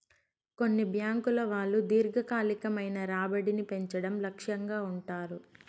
కొన్ని బ్యాంకుల వాళ్ళు దీర్ఘకాలికమైన రాబడిని పెంచడం లక్ష్యంగా ఉంటారు